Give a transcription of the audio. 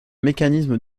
mécanisme